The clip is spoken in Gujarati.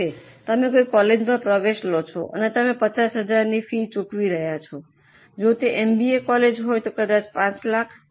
ધારો કે તમે કોઈ કૉલેજમાં પ્રવેશ લો છો અને તમે 50000 ની ફી ચૂકવી રહ્યા છો જો તે એમબીએ કૉલેજ હોય તો કદાચ 5 લાખ